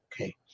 Okay